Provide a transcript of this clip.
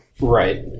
right